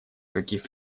каких